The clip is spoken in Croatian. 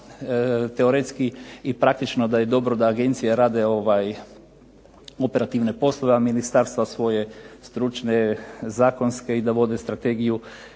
teoretski i praktično da je dobro da agencije rade operativne poslove, a ministarstva da vode zakonske i da vode strategiju